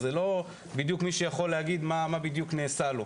זה לא מי שיכול להגיד מה בדיוק נעשה לו.